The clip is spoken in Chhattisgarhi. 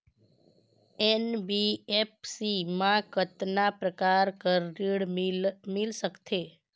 एन.बी.एफ.सी मा कतना प्रकार कर ऋण मिल सकथे?